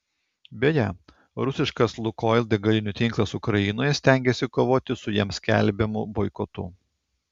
beje rusiškas lukoil degalinių tinklas ukrainoje stengiasi kovoti su jam skelbiamu boikotu